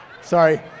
Sorry